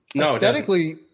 Aesthetically